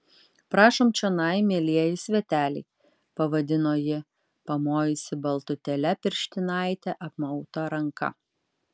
prašom čionai mielieji sveteliai pavadino ji pamojusi baltutėle pirštinaite apmauta ranka